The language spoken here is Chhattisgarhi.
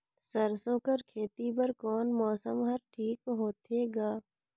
सरसो कर खेती बर कोन मौसम हर ठीक होथे ग?